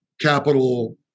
capital